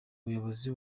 abayobozi